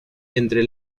entre